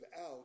out